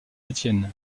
étienne